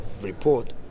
report